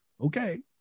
okay